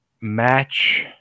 match